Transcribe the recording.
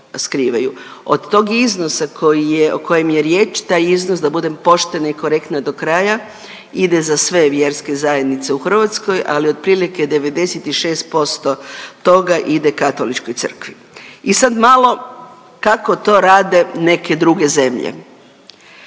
Od tog iznosa koji je, o kojem je riječ, taj iznos da budem poštena i korektna do kraja, ide za sve vjerske zajednice u Hrvatskoj, ali otprilike 96% toga ide Katoličkoj crkvi. I sad malo kako to rade neke druge zemlje.